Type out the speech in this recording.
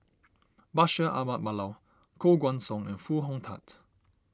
Bashir Ahmad Mallal Koh Guan Song and Foo Hong Tatt